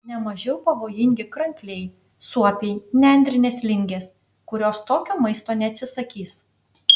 ne mažiau pavojingi krankliai suopiai nendrinės lingės kurios tokio maisto neatsisakys